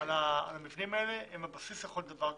על המבנים האלה, הם הבסיס לכל דבר כזה.